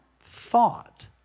thought